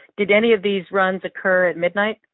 did any of these runs occur at midnight?